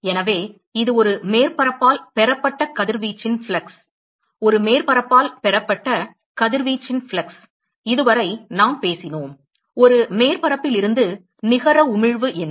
எனவே இது ஒரு மேற்பரப்பால் பெறப்பட்ட கதிர்வீச்சின் ஃப்ளக்ஸ் ஒரு மேற்பரப்பால் பெறப்பட்ட கதிர்வீச்சின் ஃப்ளக்ஸ் இதுவரை நாம் பேசினோம் ஒரு மேற்பரப்பில் இருந்து நிகர உமிழ்வு என்ன